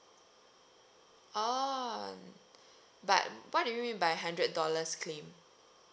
orh but what do you mean by hundred dollars claim